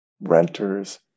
renters